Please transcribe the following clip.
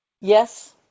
Yes